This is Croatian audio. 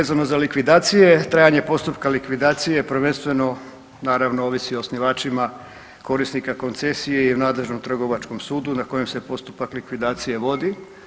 Vezano za likvidacije trajanje postupka likvidacije prvenstveno naravno ovisi o osnivačima korisnika koncesije i o nadležnom Trgovačkom sudu na kojem se postupak likvidacije vodi.